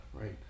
right